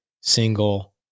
single